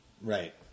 Right